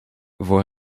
voor